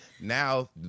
now